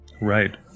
Right